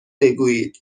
بگویید